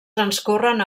transcorren